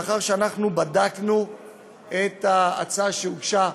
לאחר שבדקנו את ההצעה שהוגשה,